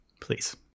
Please